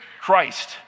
Christ